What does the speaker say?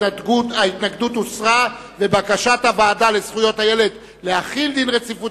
שההתנגדות הוסרה ובקשת הוועדה לזכויות הילד להחיל דין רציפות